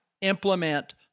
implement